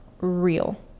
real